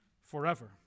forever